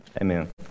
Amen